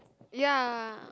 ya